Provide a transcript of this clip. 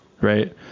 right